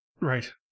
Right